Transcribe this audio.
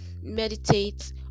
meditate